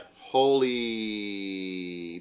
Holy